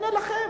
הנה לכם,